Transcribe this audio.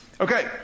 okay